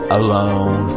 alone